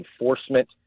enforcement